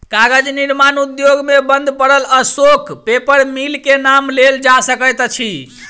कागज निर्माण उद्योग मे बंद पड़ल अशोक पेपर मिल के नाम लेल जा सकैत अछि